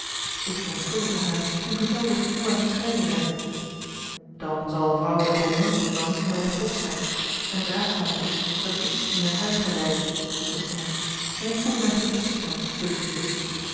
ik verontschuldigde haar en vertelde hoe wij gescheiden werden dan zal vrouwe de beaumont wel niet meer op het hof zijn en het raadzaamste is dat ik u naar huis geleidde besliste hij en ik voelde mij gerustgesteld door die beslissing